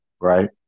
right